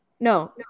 no